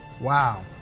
Wow